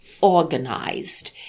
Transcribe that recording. organized